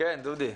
כן, דודי.